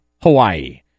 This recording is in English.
Hawaii